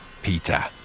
Peter